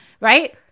right